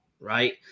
right